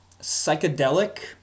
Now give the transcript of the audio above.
psychedelic